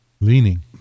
Leaning